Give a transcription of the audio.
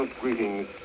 greetings